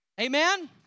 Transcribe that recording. Amen